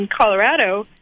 Colorado